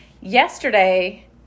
Yesterday